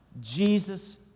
Jesus